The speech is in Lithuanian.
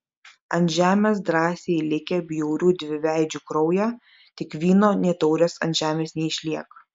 ant žemės drąsiai likę bjaurių dviveidžių kraują tik vyno nė taurės ant žemės neišliek